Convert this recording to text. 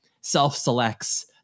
self-selects